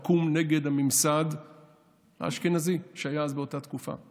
לקום נגד הממסד האשכנזי שהיה אז באותה תקופה,